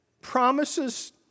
Promises